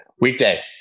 weekday